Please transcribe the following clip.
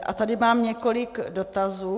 A tady mám několik dotazů.